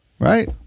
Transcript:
right